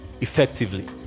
effectively